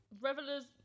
revelers